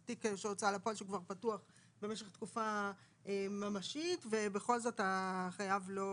זה תיק הוצאה לפועל שכבר פתוח במשך תקופה ממשית ובכל זאת החייב לא